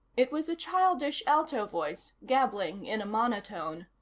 it was a childish, alto voice, gabbling in a monotone.